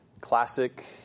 classic